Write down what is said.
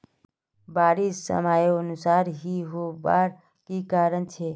बारिश समयानुसार नी होबार की कारण छे?